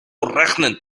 rechnen